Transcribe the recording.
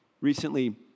Recently